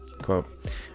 Quote